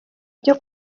byo